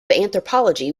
anthropology